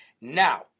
Now